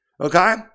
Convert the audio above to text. okay